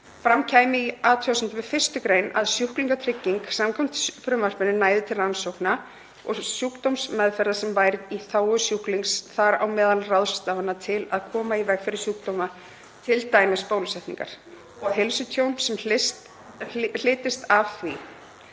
Fram kæmi í athugasemdum við 1. gr. að sjúklingatrygging samkvæmt frumvarpinu næði til rannsókna og sjúkdómsmeðferðar sem væri í þágu sjúklings, þar á meðal ráðstafana til að koma í veg fyrir sjúkdóma, t.d. bólusetningar, og heilsutjóns sem hlytist af því.